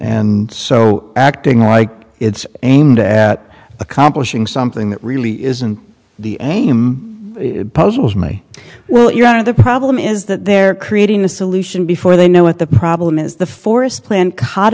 and so acting like it's aimed at accomplishing something that really isn't the puzzles may well you're out of the problem is that they're creating the solution before they know what the problem is the forest plan